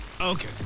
okay